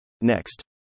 Next